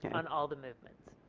on all the movements.